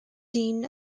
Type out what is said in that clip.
dean